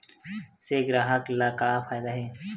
से ग्राहक ला का फ़ायदा हे?